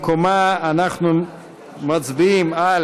אנחנו מצביעים על